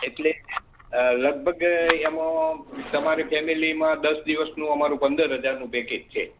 એટલે લગભગ એમાં તમારે ફેમિલીમાં દસ દિવસનું અમારું પંદર હજારનું પેકેજ છે